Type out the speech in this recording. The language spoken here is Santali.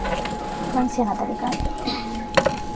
ᱵᱟᱹᱧ ᱥᱮᱬᱟ ᱫᱟᱲᱮ ᱠᱟᱣᱫᱟ